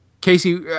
Casey